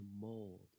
mold